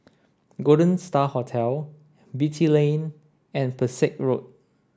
Golden Star Hotel Beatty Lane and Pesek Road